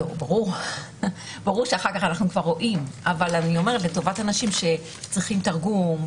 ברור שאחר כך אנחנו כבר רואים אבל אני אומרת לטובת אנשים שצריכים תרגום,